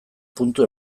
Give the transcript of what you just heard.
puntu